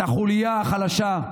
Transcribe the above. את החוליה החלשה,